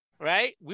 right